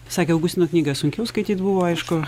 sakė augustino knygą sunkiau skaityt buvo aišku